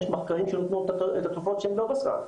יש מחקרים שנותנים את התרופות שלא בסל,